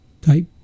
type